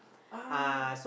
ah